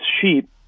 sheep